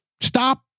stop